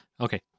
Okay